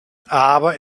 aber